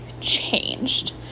changed